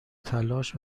تلاش